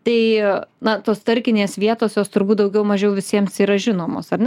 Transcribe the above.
tai na tos startinės vietos jos turbūt daugiau mažiau visiems yra žinomos ar ne